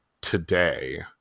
today